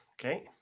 okay